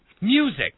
Music